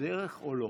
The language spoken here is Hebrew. היא בדרך או לא?